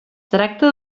tracta